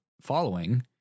following